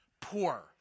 Poor